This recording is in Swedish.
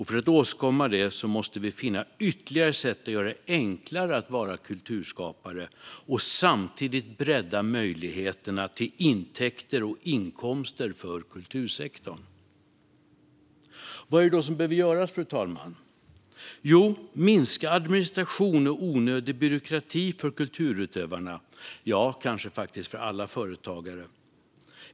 För att åstadkomma detta måste vi finna ytterligare sätt att göra det enklare att vara kulturskapare och samtidigt bredda möjligheterna till intäkter och inkomster för kultursektorn. Vad är det då som behöver göras, fru talman? Jo, vi behöver minska administration och onödig byråkrati för kulturutövarna - ja, kanske för alla företagare.